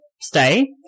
stay